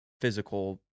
physical